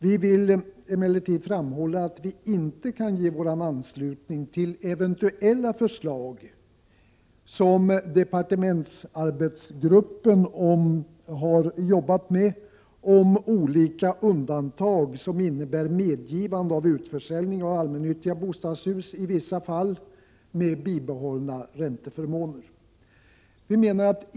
Vi vill dock framhålla att vi inte kan ge vår anslutning till eventuella förslag från departementsarbetsgruppen om olika undantag som innebär medgivande av utförsäljning av allmännyttiga bostadshus i vissa fall med bibehållna ränteförmåner.